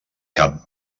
cap